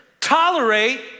tolerate